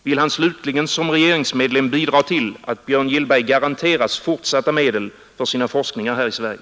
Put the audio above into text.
Vill han slutligen som regeringsmedlem bidra till att Björn Gillberg garanteras fortsatta medel för sina forskningar här i Sverige?